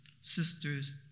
sisters